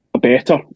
better